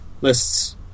lists